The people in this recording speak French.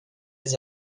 les